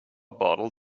bottle